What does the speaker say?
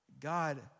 God